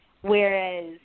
Whereas